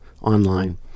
online